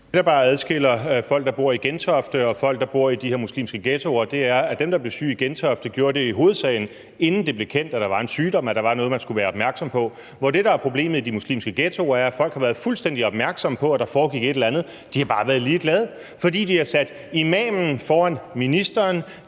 Det, der bare adskiller folk, der bor i Gentofte, og folk, der bor i de her muslimske ghettoer, er, at dem, der blev syge i Gentofte, i hovedsagen gjorde det, inden det blev kendt, at der var en sygdom, og at der var noget, man skulle være opmærksom på, hvor det, der er problemet i de muslimske ghettoer, er, at folk har været fuldstændig opmærksomme på, at der foregik et eller andet, men de har bare været ligeglade. For de har sat imamen foran ministeren,